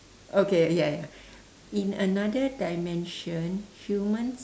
okay ya ya in another dimension humans